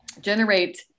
generate